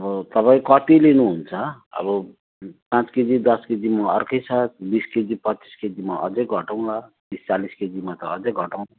अब तपाईँ कति लिनुहुन्छ अब पाँच केजी दस केजीमा अर्कै छ बिस केजी पच्चिस केजीमा अझै घटाउँला तिस चालिस केजीमा त अझै घटाउँछ